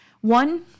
One